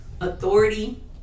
authority